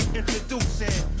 Introducing